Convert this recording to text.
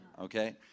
okay